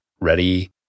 ready